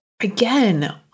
Again